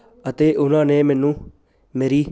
ਅਤੇ ਉਹਨਾਂ ਨੇ ਮੈਨੂੰ ਮੇਰੀ